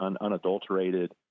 unadulterated